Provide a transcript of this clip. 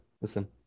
listen